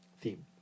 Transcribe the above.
theme